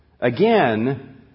Again